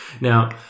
Now